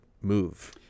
move